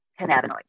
cannabinoids